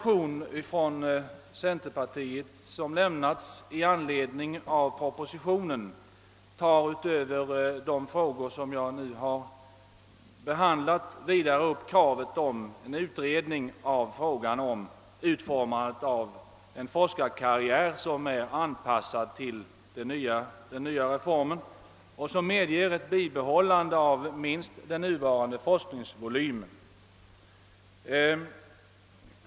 I den centerpartimotion som väckts i anledning av propositionen tar man utöver de frågor jag nu behandlat upp kravet på en utredning av frågan om utformandet av en forskarkarriär som är anpassad till den nya reformen och som medger ett bibehållande av minst den nuvarande forskningsvolymen.